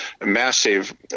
massive